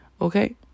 okay